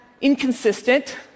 inconsistent